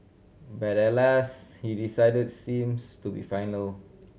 but alas he decided seems to be final